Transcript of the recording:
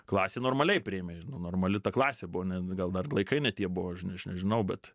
klasė normaliai priėmė nu normali ta klasė buvo ne gal dar laikai ne tie buvo žinai aš nežinau bet